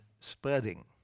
spreading